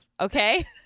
okay